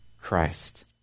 Christ